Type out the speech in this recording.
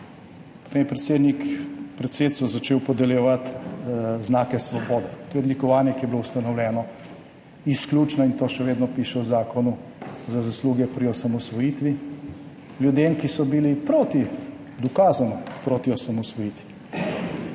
Potem je predsednik predsedstva začel podeljevati znake svobode, to je odlikovanje, ki je bilo ustanovljeno izključno, in to še vedno piše v zakonu, za zasluge pri osamosvojitvi, ljudem, ki so bili proti, dokazano proti osamosvojitvi,